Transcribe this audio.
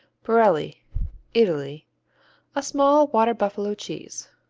borelli italy a small water-buffalo cheese.